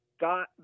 got